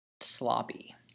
sloppy